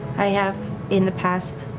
i have in the past.